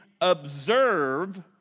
observe